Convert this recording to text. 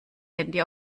handy